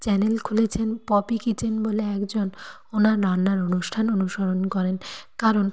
channel খুলেছেন Poppy Kitchen বলে একজন ওনার রান্নার অনুষ্ঠান অনুসরণ করেন কারণ